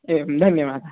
एवं धन्यवादः